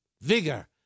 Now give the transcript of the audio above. vigor